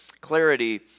clarity